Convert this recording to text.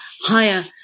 higher